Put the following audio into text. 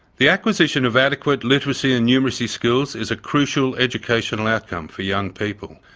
the acquisition of adequate literacy and numeracy skills is a crucial educational outcome for young people.